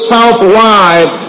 Southwide